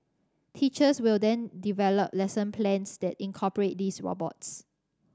teachers will then develop lesson plans that incorporate these robots